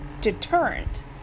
deterrent